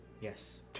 Yes